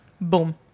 Boom